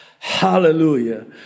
Hallelujah